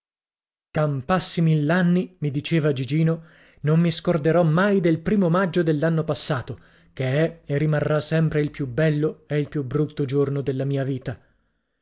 campassi mill'anni mi diceva gigino non mi scorderò mai del primo maggio dell'anno passato che è e rimarrà sempre il più bello e il più brutto giorno della mia vita